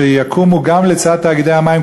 שיקימו לצד תאגידי המים,